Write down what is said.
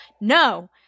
no